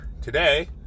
Today